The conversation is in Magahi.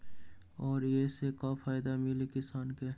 और ये से का फायदा मिली किसान के?